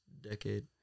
decade